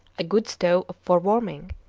a good stove for warming,